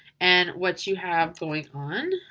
and what you have going on.